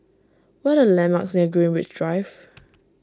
what are the landmarks near Greenwich Drive